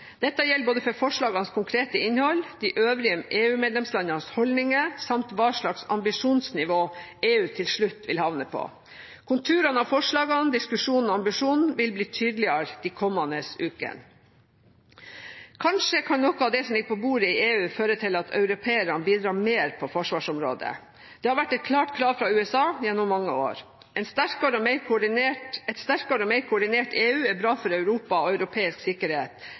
Dette gjelder både forslagenes konkrete innhold, de øvrige EU-medlemslandenes holdninger samt hva slags ambisjonsnivå EU til slutt vil havne på. Konturene av forslagene, diskusjonen og ambisjonen vil bli tydeligere de kommende ukene. Kanskje kan noe av det som nå ligger på bordet i EU, føre til at europeerne bidrar mer på forsvarsområdet. Det har vært et klart krav fra USA gjennom mange år. Et sterkere og mer koordinert EU er bra for Europa og europeisk sikkerhet.